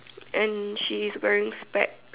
and she is wearing specs